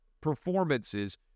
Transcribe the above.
performances